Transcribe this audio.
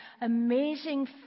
amazing